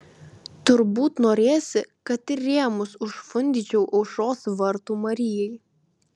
turbūt norėsi kad ir rėmus užfundyčiau aušros vartų marijai